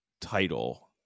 title